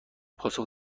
پاسخ